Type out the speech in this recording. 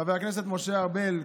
חבר הכנסת משה ארבל,